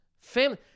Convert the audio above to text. family